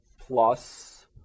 plus